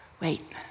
Wait